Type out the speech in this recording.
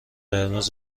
قرمز